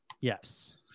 Yes